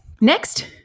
Next